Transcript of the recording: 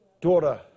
daughter